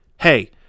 Hey